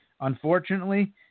Unfortunately